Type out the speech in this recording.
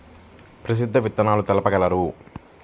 ప్రసిద్ధ విత్తనాలు తెలుపగలరు?